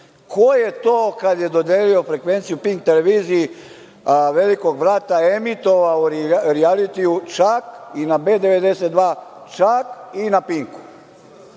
Ko je to kada je dodelio frekvenciju PINK televiziji „Velikog brata“ emitovao u rijalitiju čak i na B92, čak i na PINK?